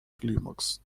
climax